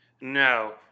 No